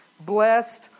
Blessed